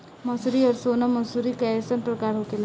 मंसूरी और सोनम मंसूरी कैसन प्रकार होखे ला?